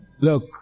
Look